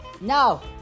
now